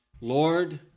Lord